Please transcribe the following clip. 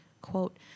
quote